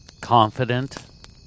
Confident